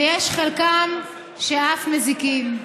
ויש חלק שאף מזיקים.